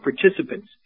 participants